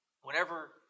Whenever